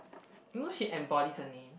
you know she embodies her name